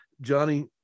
Johnny